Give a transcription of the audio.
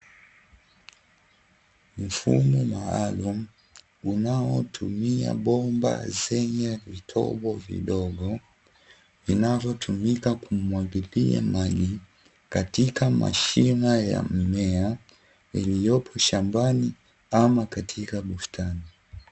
Mfumo maalamu unaotumia bomba, zenye vitobo vidogo, vinavyotumika kumwagilia maji katika mashina ya mimea iliyopo shambani ama katika bustani.